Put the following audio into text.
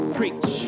preach